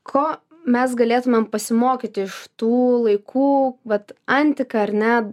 ko mes galėtumėm pasimokyti iš tų laikų vat antika ar ne